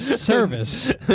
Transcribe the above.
service